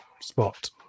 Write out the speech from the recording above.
spot